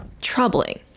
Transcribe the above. troubling